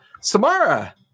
Samara